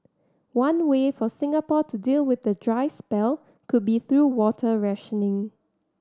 one way for Singapore to deal with the dry spell could be through water rationing